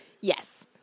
yes